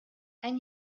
ein